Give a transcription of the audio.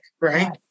right